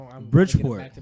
Bridgeport